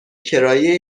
کرایه